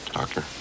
doctor